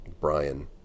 Brian